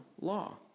law